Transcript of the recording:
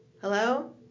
Hello